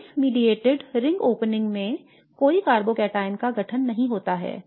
base mediated ring opening में कोई carbocation का गठन नहीं होता है